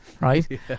right